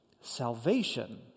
Salvation